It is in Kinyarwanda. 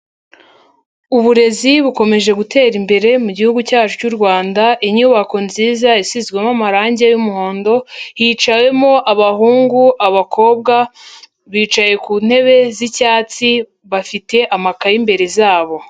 Uburezi bukomeje gutera imbere mu gihugu cyacu cy'u Rwanda, inyubako nziza isizwemo amarangi y'umuhondo, hiciwemo abahungu, abakobwa, bicaye ku ntebe z'icyatsi, bafite amakayi imbere zabo.